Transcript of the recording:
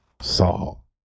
Saul